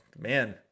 man